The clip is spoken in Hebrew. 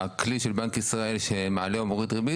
הכלי של בנק ישראל שמעלה או מוריד ריבית,